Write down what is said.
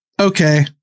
okay